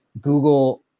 Google